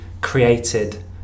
created